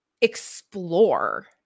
explore